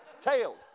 tail